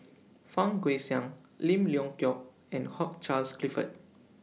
Fang Guixiang Lim Leong Geok and Hugh Charles Clifford